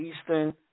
Eastern